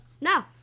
no